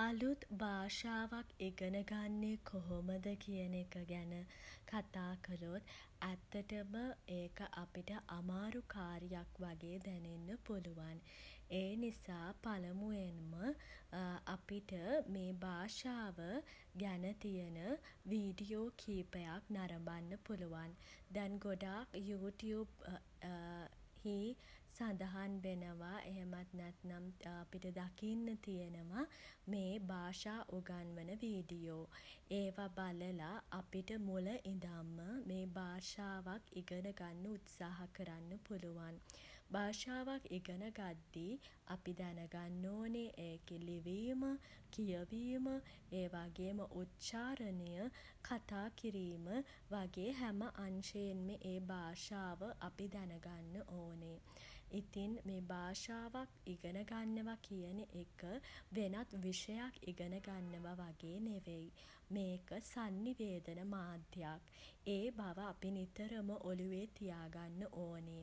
අලුත් භාෂාවක් ඉගෙන ගන්නේ කොහොමද කියන එක ගැන කතා කළොත් ඇත්තටම ඒක අපිට අමාරු කාර්යයක් වගේ දැනෙන්න පුළුවන්. ඒ නිසා පළමුවෙන්ම අපිට මේ භාෂාව ගැන තියෙන වීඩියෝ කිහිපයක් නරඹන්න පුළුවන්. දැන් ගොඩක් යූ ටියුබ් හි සඳහන් වෙනවා එහෙමත් නැත්නම් අපිට දකින්න තියෙනව මේ භාෂා උගන්වන වීඩියෝ. ඒවා බලලා අපිට මුල ඉඳන්ම මේ භාෂාවක් ඉගෙන ගන්න උත්සාහ කරන්න පුළුවන්. භාෂාවක් ඉගෙන ගද්දි අපි දැනගන්න ඕනේ ඒකෙ ලිවීම කියවීම ඒ වගේම උච්චාරණය කතා කිරීම වගේ හැම අංශයෙන්ම ඒ භාෂාව අපි දැනගන්න ඕනේ. ඉතින් මේ භාෂාවක් ඉගෙන ගන්නව කියන එක වෙනත් විෂයක් ඉගෙන ගන්නව වගේ නෙවෙයි. මේක සන්නිවේදන මාධ්‍යයක්. ඒ බව අපි නිතරම ඔලුවේ තියාගන්න ඕනෙ.